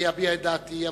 אני אביע את דעתי,